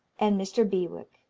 and mr. bewick.